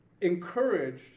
encouraged